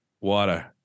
Water